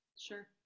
Sure